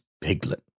Piglet